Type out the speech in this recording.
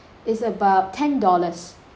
it's about ten dollars